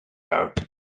out